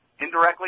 Indirectly